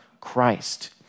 Christ